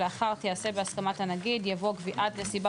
לאחר: "תיעשה בהסכמת הנגיד" יבוא "קביעת נסיבה